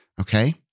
okay